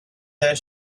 their